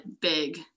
big